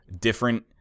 different